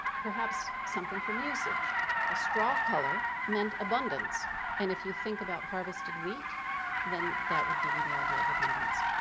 perhaps something from usage a straw color meant abundance and if you think about harvested wheat then that would give you an idea of abundance.